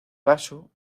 vaso